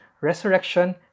resurrection